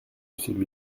celui